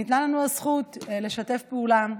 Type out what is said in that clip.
ניתנה לנו הזכות לשתף פעולה,